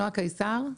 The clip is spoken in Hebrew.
נועה קיסר,